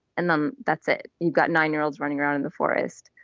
and then that's it. you got nine year olds running around in the forest.